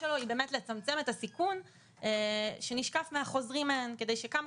שלו היא באמת לצמצם את הסיכון שנשקף מהחוזרים מהן כדי שכמה